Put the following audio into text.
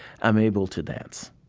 i'm able to dance.